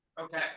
Okay